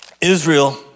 Israel